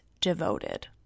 devoted